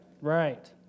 right